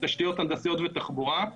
תשתיות הנדסיות ותחבורה.